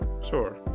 Sure